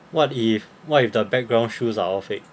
what if what if the background shoes are all fake